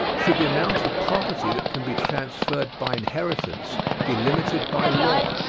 should the amount of property that can be transferred by inheritance be limited by law?